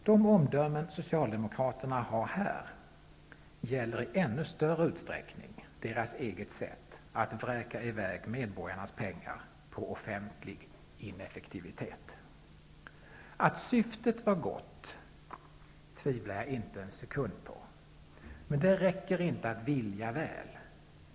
De omdömen som Socialdemokraterna här har gäller i än större utsträckning deras eget sätt att vräka i väg medborgarnas pengar på offentlig ineffektivitet. Att syftet var gott tvivlar jag inte en sekund på. Men det räcker inte att vilja väl.